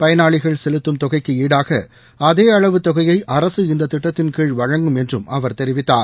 பயனாளிகள் செலுத்தும் தொகைக்குஈடாகஅதேஅளவு தொகைஅரசு இந்ததிட்டத்தின் கீழ் வழங்கும் என்றும் அவர் தெரிவித்தார்